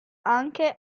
anche